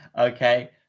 Okay